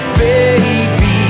baby